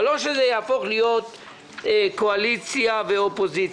אבל לא שזה יהפוך להיות קואליציה ואופוזיציה.